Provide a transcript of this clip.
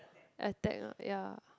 attack ah ya